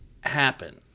happen